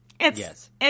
Yes